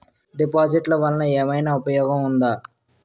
డిపాజిట్లు వల్ల ఏమైనా ఉపయోగం ఉందా?